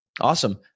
Awesome